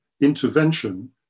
intervention